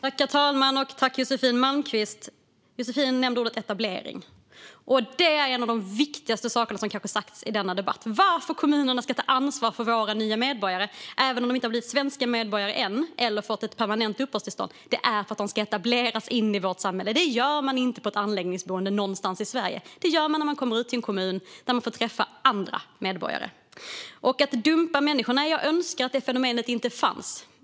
Herr talman! Josefin Malmqvist nämnde ordet etablering, och det är kanske en av de viktigaste saker som har sagts i denna debatt. Varför kommunerna ska ta ansvar för våra nya medborgare, även om de inte har blivit svenska medborgare än eller fått ett permanent uppehållstillstånd, är att de ska etableras in i vårt samhälle. Det gör man inte på ett anläggningsboende någonstans i Sverige. Det gör man när man kommer ut till en kommun där man får träffa andra medborgare. Jag önskar att fenomenet människor som dumpas inte fanns.